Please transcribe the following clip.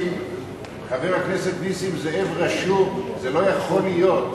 חבר הכנסת נסים זאב רשום, וזה לא יכול להיות.